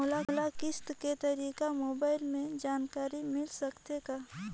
मोला किस्त के तारिक मोबाइल मे जानकारी मिल सकथे का?